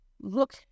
look